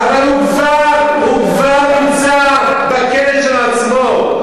אבל הוא כבר נמצא בכלא של עצמו,